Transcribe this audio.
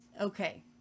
okay